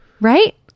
Right